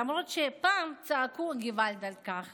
למרות שפעם צעקו געוואלד על כך